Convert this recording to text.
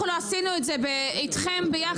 אנחנו לא עשינו את זה איתכם ביחד?